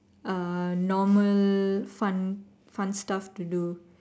a normal fun stuff to do